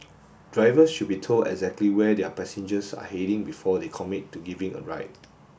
drivers should be told exactly where their passengers are heading before they commit to giving a ride